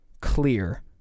clear